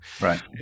Right